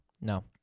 No